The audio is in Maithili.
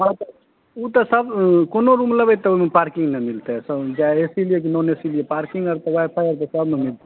हँ तऽ ओ तऽ कोनो रूम लेबै तऽ ओहिमे पार्किंग ने मिलतै चाहे एसी लियै कि नॉन एसी लियै पार्किंग आर तऽ वाइ फाइ और तऽ सबमे मिलतै